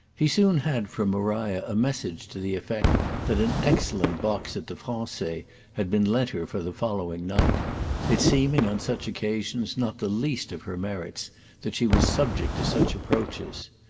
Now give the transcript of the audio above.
he soon had from maria a message to the effect that an excellent box at the francais had been lent her for the following night it seeming on such occasions not the least of her merits that she was subject to such approaches.